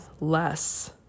less